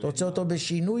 אתה רוצה אותה בשינוי?